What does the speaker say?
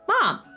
Mom